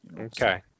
Okay